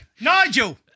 Nigel